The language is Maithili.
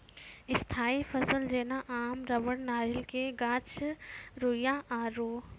स्थायी फसल जेना आम रबड़ नारियल के गाछ रुइया आरु